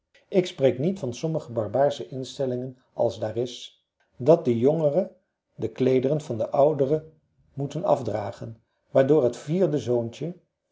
ik spreek niet van sommige barbaarsche instellingen als daar is dat de jongere de kleederen van de oudere moeten afdragen waardoor het vierde zoontjen